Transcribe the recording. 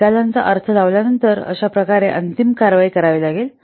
निकालांचा अर्थ लावल्यानंतर अशा प्रकारे अंतिम कारवाई करावी लागेल